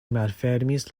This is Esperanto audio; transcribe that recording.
malfermis